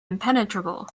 impenetrable